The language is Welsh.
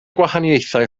gwahaniaethau